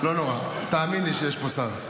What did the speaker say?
לא נורא, תאמין לי שיש פה שר.